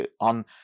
on